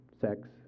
sex